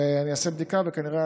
אני אעשה בדיקה, וכנראה